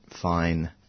fine